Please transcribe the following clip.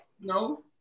No